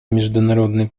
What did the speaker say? международный